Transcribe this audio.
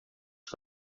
que